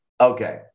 Okay